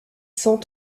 cent